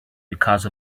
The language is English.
because